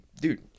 Dude